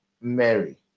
Mary